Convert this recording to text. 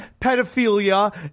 pedophilia